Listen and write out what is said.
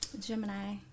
Gemini